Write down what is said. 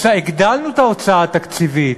הגדלנו את ההוצאה תקציבית.